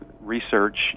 research